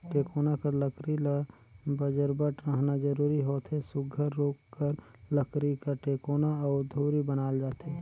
टेकोना कर लकरी ल बजरबट रहना जरूरी होथे सुग्घर रूख कर लकरी कर टेकोना अउ धूरी बनाल जाथे